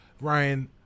Ryan